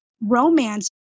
romance